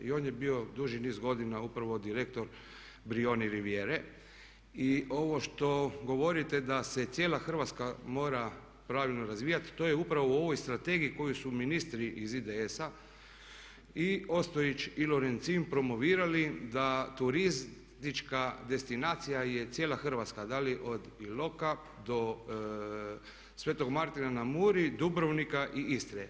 I on je bio duži niz godina upravo direktor Brioni Riviere i ovo što govorite da se cijela Hrvatska mora pravilno razvijati to je upravo u ovoj Strategiji koju su ministri iz IDS-a i Ostojić i Lorencin promovirali da turistička destinacija je cijela Hrvatska da li od Iloka do sv. Martina na Muri, Dubrovnika i Istre.